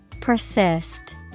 Persist